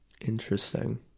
Interesting